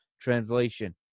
Translation